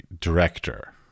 director